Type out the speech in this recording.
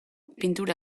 pintura